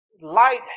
light